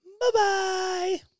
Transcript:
Bye-bye